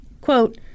Quote